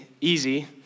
easy